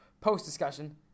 post-discussion